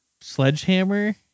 sledgehammer